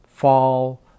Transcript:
fall